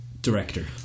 director